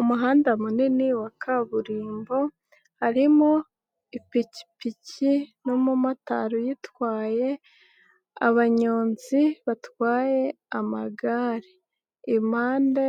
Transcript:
Umuhanda munini wa kaburimbo, harimo ipikipiki n'umumotari uyitwaye, abanyonzi batwaye amagare, impande